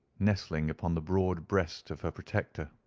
nestling upon the broad breast of her protector.